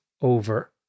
over